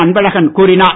அன்பழகன் கூறினார்